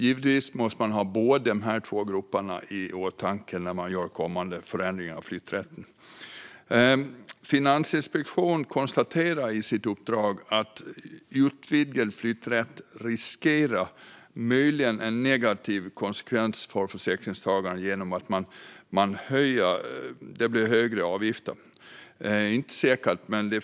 Givetvis måste man ha båda dessa grupper i åtanke vid kommande förändringar av flytträtten. Finansinspektionen konstaterar i sitt uppdrag att vid en lagändring om utvidgad flytträtt riskerar en negativ konsekvens för försäkringstagarna att bli högre avgifter.